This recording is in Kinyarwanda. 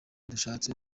dushatse